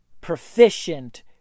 proficient